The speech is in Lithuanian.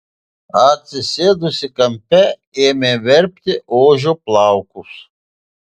atsisėdusi kampe ėmė verpti ožio plaukus